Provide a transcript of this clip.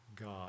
God